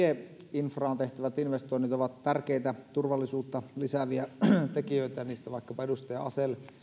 tieinfraan tehtävät investoinnit ovat tärkeitä turvallisuutta lisääviä tekijöitä niistä vaikkapa edustaja asell